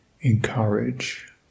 encourage